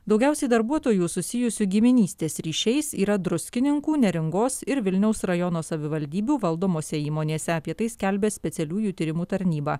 daugiausiai darbuotojų susijusių giminystės ryšiais yra druskininkų neringos ir vilniaus rajono savivaldybių valdomose įmonėse apie tai skelbia specialiųjų tyrimų tarnyba